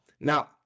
Now